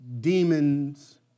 demons